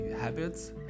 habits